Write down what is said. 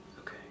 Okay